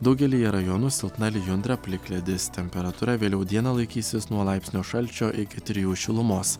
daugelyje rajonų silpna lijundra plikledis temperatūra vėliau dieną laikysis nuo laipsnio šalčio iki trijų šilumos